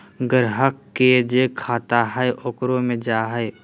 ग्राहक के जे खाता हइ ओकरे मे जा हइ